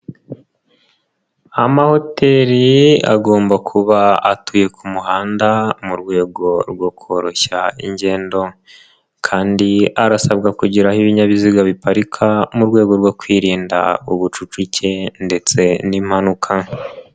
Amahoteli agomba kuba atuye ku muhanda mu rwego rwo koroshya ingendo, kandi arasabwa kugira aho ibinyabiziga biparika mu rwego rwo kwirinda ubucucike ndetse n'impanuka.